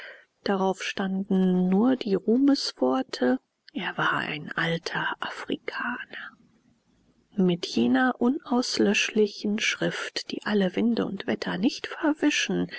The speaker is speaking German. darauf standen nur die ruhmesworte er war ein alter afrikaner mit jener unauslöschlichen schrift die alle winde und wetter nicht verwischen